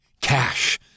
cash